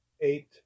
eight